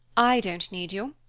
i don't need you.